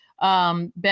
ben